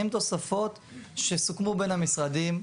הן תוספות שסוכמו בין המשרדים.